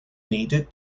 needed